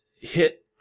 hit